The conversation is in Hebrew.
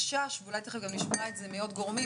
ואולי תיכף גם נשמע את זה מעוד גורמים,